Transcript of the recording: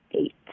eight